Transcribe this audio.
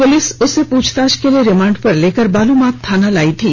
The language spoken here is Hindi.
पुलिस ने उसे पुछताछ के लिए रिमांड पर लेकर बालमाथ थाना लाई थी